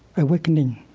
awakening,